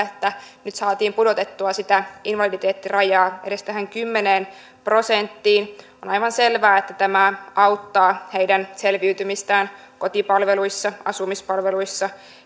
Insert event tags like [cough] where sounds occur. [unintelligible] että nyt saatiin pudotettua sitä invaliditeettirajaa edes tähän kymmeneen prosenttiin on aivan selvää että tämä auttaa heidän selviytymistään kotipalveluiden asumispalveluiden